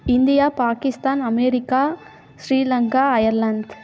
India Pakistan America Sri Lanka Ireland